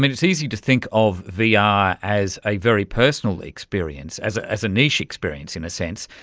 it's easy to think of vr yeah ah as a very personal experience, as ah as a niche experience in a sense,